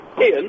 Ian